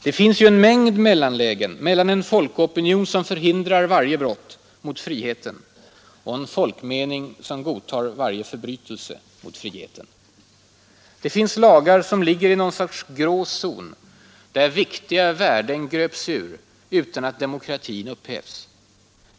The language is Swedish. Det finns ju en mängd mellanlägen mellan en folkopinion som förhindrar varje brott mot friheten och en folkmening som godtar varje förbrytelse mot friheten. Det finns lagar som ligger i någon sorts grå zon, där viktiga värden gröps ur utan att demokratin upphävs.